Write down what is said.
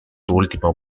último